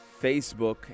Facebook